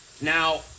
Now